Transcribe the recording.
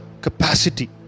capacity